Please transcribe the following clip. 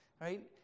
Right